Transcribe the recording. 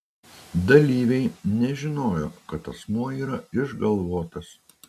dalyviai nežinojo kad asmuo yra išgalvotas